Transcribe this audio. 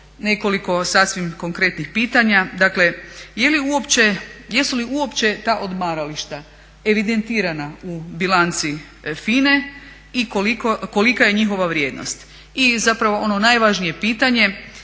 nekoliko sasvim konkretnih pitanja, dakle jesu li uopće ta odmarališta evidentirana u bilanci FINA-e i kolika je njihova vrijednost. I zapravo ono najvažnije pitanje,